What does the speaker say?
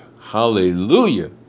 Hallelujah